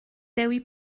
dewi